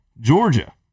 Georgia